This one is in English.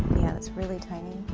yeah it's really tiny.